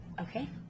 Okay